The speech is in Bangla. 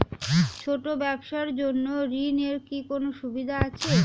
ছোট ব্যবসার জন্য ঋণ এর কি কোন সুযোগ আছে?